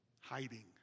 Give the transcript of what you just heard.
Hiding